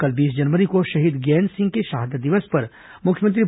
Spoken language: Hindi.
कल बीस जनवरी को शहीद गैंदसिंह के शहादत दिवस पर मुख्यमंत्री